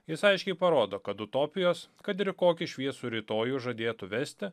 jis aiškiai parodo kad utopijos kad ir į kokį šviesų rytojų žadėtų vesti